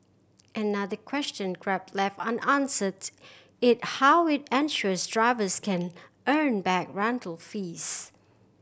another question Grab left unanswered is how it ensures drivers can earn back rental fees